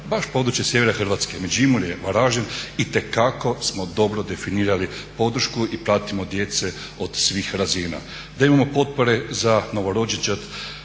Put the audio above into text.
baš područje sjevera Hrvatske, Međimurje, Varaždin itekako smo dobro definirali podršku i pratimo djece od svih razina. Da imamo potpore za novorođenčad,